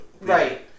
Right